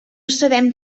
sabem